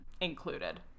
included